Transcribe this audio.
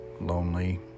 lonely